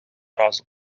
разу